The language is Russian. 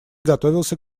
готовился